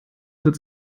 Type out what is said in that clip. wird